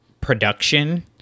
production